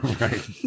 Right